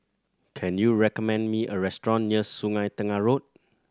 can you recommend me a restaurant near Sungei Tengah Road